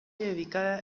dedicada